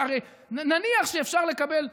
נניח שאפשר לקבל,